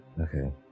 Okay